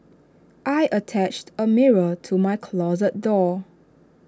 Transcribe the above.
I attached A mirror to my closet door